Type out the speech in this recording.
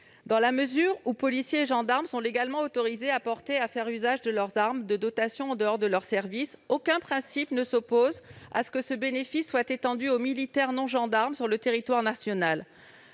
Dans la mesure où policiers et gendarmes sont légalement autorisés à porter leurs armes de dotation et à en faire usage en dehors de leur service, aucun principe ne s'oppose à ce que ce bénéfice soit étendu aux militaires non gendarmes sur le territoire national.